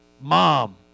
Mom